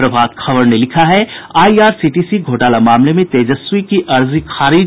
प्रभात खबर ने लिखा है आईआरसीटीसी घोटाला मामले में तेजस्वी की अर्जी खारिज